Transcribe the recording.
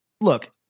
Look